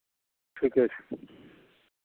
ठीके छै